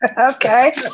Okay